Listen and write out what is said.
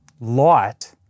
light